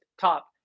top